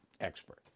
expert